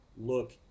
look